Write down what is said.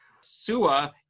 SUA